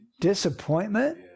Disappointment